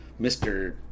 mr